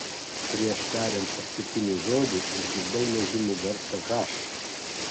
prieš tariant paskutinį žodį išgirdau nežymų garsą h